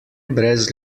brez